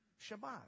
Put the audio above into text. shabbat